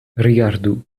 rigardu